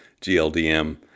GLDM